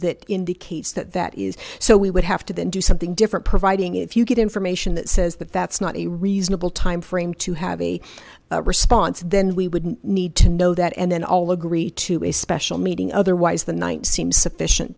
that indicates that that is so we would have to then do something different providing if you get information that says that that's not a reasonable timeframe to have a response then we wouldn't need to know that and then all agree to a special meeting otherwise the night seems sufficient